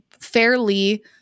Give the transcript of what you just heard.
fairly